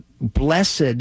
blessed